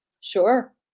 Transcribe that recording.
Sure